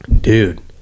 Dude